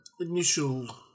initial